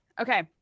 Okay